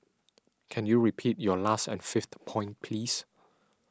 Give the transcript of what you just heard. can you repeat your last and fifth point please